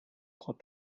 croit